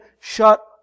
shut